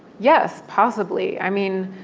yes, possibly. i mean,